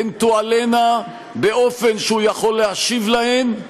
הן תועלינה באופן שהוא יכול להשיב עליהן,